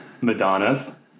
Madonna's